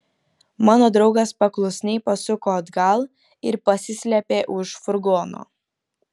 mano draugas paklusniai pasuko atgal ir pasislėpė už furgono